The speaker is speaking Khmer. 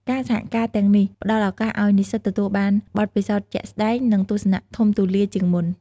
ការសហការណ៍ទាំងនេះផ្តល់ឱកាសឲ្យនិស្សិតទទួលបានបទពិសោធន៍ជាក់ស្តែង និងទស្សនៈធំទូលាយជាងមុន។